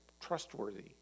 trustworthy